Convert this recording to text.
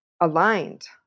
aligned